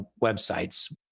websites